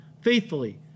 faithfully